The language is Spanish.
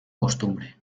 costumbre